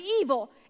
evil